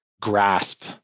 grasp